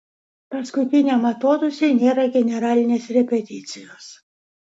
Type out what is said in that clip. paskutiniam atodūsiui nėra generalinės repeticijos